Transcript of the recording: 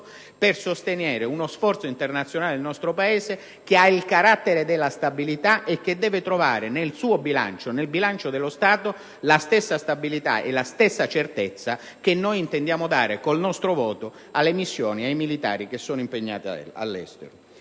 per sostenere uno sforzo internazionale del nostro Paese, che ha il carattere della stabilità e deve trovare nel bilancio dello Stato la stessa stabilità e la stessa certezza che intendiamo dare, con il nostro voto, alle missioni e ai militari impegnati all'estero.